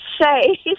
say